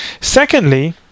Secondly